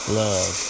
love